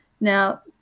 Now